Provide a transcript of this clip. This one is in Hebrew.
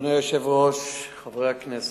אדוני היושב-ראש, חברי הכנסת,